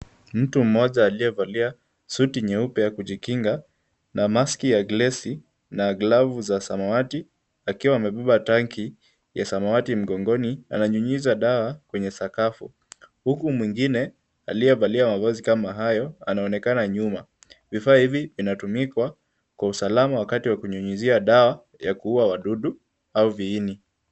Mtu mmoja aliyevalia suti nyeupe ya kujikinga na maski ya glesi na glavu za samawati akiwa amebeba tanki ya samawati mgongoni ananyunyiza dawa kwenye sakafu, huku mwingine aliyevalia mavazi kama hayo anaonekana nyuma. Vifaa hivi vinatumikwa kwa usalama wakati wa kunyunyizia dawa ya kuuwa wadudu au viini.